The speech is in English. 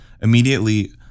immediately